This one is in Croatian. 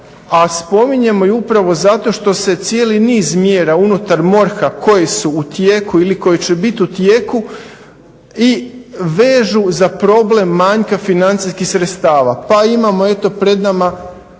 a spominjemo je upravo zato što se cijeli niz mjera unutar MORH-a koje su u tijeku ili koje će biti u tijeku i vežu za problem manjka financijskih sredstava. Pa imamo eto pred nama